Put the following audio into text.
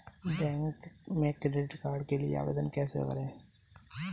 Bank में credit card के लिए आवेदन कैसे करें?